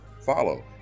follow